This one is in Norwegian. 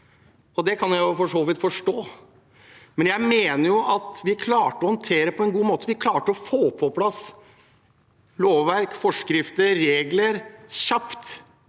jeg for så vidt forstå, men jeg mener at vi klarte å håndtere det på en god måte, vi klarte å få på plass lovverk, forskrifter og regler kjapt.